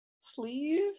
sleeve